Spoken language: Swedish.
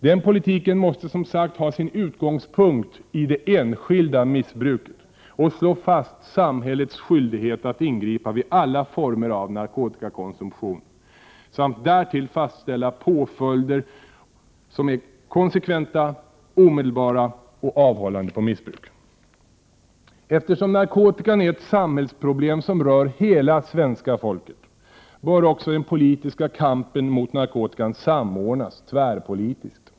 Den politiken måste, som sagt, ha sin utgångspunkt i det enskilda missbruket och slå fast samhällets skyldighet att ingripa vid alla former av narkotikakonsumtion samt därtill fastställa påföljder som är konsekventa, omedelbara och avhållande på missbruk. Eftersom narkotikan är ett samhällsproblem som rör hela svenska folket bör också den politiska kampen mot narkotikan samordnas tvärpolitiskt.